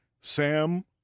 Sam